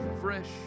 fresh